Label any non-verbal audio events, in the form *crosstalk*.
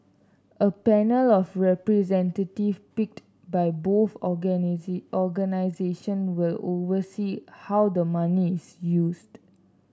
a panel of representatives picked by both *unintelligible* organisation will oversee how the money is used